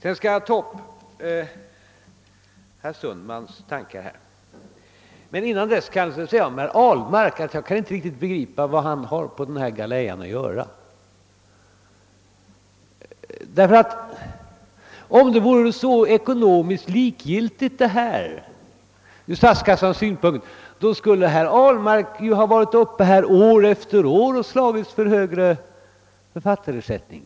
Innan jag tar upp herr Sundmans resonemang skulle jag vilja säga herr Ahlmark att jag inte riktigt kan begripa vad han har på den här galejan att göra. Om frågan vore så ekonomiskt likgiltig från statsfinansiell synpunkt borde väl herr Ahlmark varit uppe år efter år och slagits för högre författarersättning.